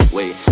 Wait